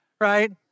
right